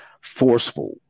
forceful